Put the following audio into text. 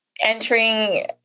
entering